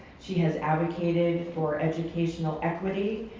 she has advocated for educational equity,